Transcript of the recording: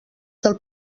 del